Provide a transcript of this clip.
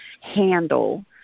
handle